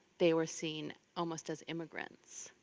they were seen almost as immigrants.